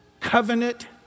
covenant